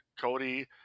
Cody